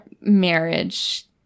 marriage